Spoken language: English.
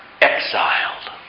exiled